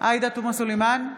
עאידה תומא סלימאן,